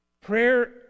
Prayer